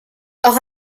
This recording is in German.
auch